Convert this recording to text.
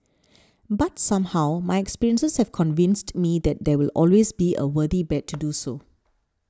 but somehow my experiences have convinced me that it will always be a worthy bet to do so